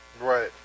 Right